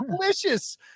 delicious